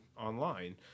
online